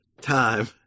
time